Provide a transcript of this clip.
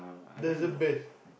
doesn't miss